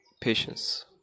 patience